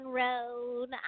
road